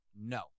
No